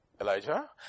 Elijah